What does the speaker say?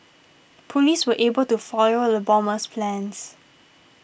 police were able to foil the bomber's plans